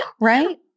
right